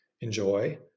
enjoy